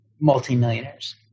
multi-millionaires